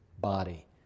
body